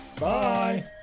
Bye